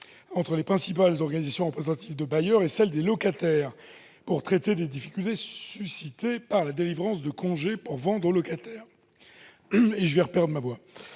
entre les principales organisations représentatives de bailleurs et celles des locataires pour traiter des difficultés suscitées par la délivrance de congés pour vente aux locataires. L'article 1.1 de l'accord